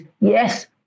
yes